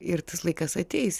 ir tas laikas ateis